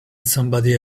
somebody